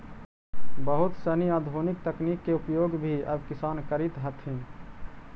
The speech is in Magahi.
बहुत सनी आधुनिक तकनीक के उपयोग भी अब किसान करित हथिन